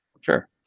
sure